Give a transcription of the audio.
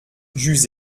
j’eus